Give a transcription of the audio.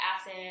acid